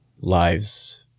lives